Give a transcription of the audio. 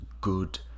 good